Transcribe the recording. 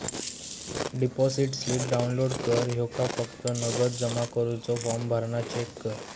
deposit slip download कर ह्येका फक्त नगद जमा करुचो फॉर्म भरान चेक कर